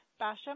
Basham